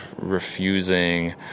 refusing